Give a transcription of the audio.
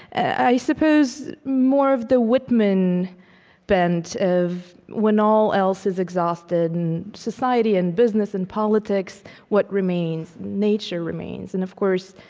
i suppose more of the whitman bent of when all else is exhausted, and society and business and politics what remains? nature remains. and of course,